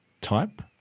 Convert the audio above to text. type